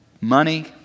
money